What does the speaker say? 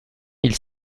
mille